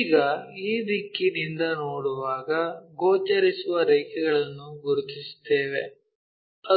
ಈಗ ಈ ದಿಕ್ಕಿನಿಂದ ನೋಡುವಾಗ ಗೋಚರಿಸುವ ರೇಖೆಗಳನ್ನು ಗುರುತಿಸುತ್ತೇವೆ